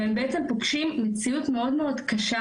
והם בעצם פוגשים מציאות מאוד מאוד קשה